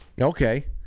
Okay